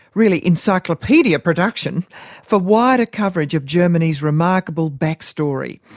really encyclopaedia, production for wider coverage of germany's remarkable back story,